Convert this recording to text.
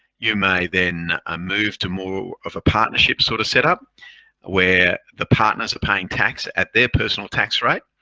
you may then ah move to more of a partnership sort of setup where the partners are paying tax at their personal tax rate.